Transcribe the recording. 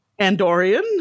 Andorian